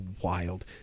Wild